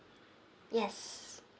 yes